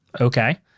Okay